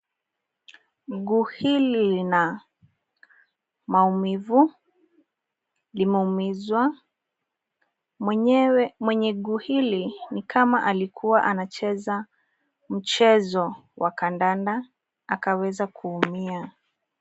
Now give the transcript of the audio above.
Mguu hili lina maumivu, limeumizwa. Mwenye mguu hili ni kama alikuwa anacheza mchezo wa kandanda akaweza kuumia.